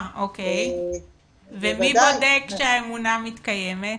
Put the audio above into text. ומי בודק שהאמונה מתקיימת?